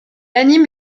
anime